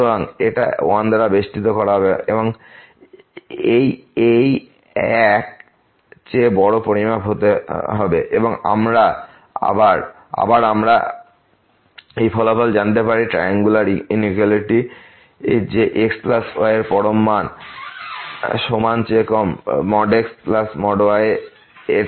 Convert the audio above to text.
সুতরাং এটা 1 দ্বারা বেষ্টিত করা হবে এই এই এক চেয়ে বড় পরিমাণ হতে হবে এবং আবার আমরা আমরা এই ফলাফল জানতে পারি ট্রাইয়াঙ্গুলার ইনেকুয়ালিটি যে x y এর পরম মান সমান চেয়ে কম হবে xY এর থেকে